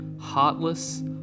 heartless